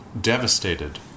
devastated